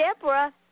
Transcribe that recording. Deborah